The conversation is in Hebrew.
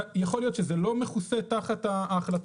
יכול להיות שזה לא יהיה מכוסה תחת ההחלטה